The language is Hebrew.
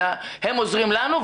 אלא הם עוזרים לנו.